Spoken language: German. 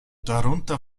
darunter